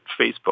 Facebook